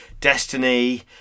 Destiny